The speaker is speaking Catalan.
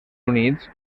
units